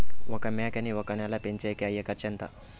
ఒక మేకని ఒక నెల పెంచేకి అయ్యే ఖర్చు ఎంత?